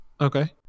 Okay